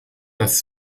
dass